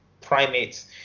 primates